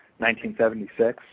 1976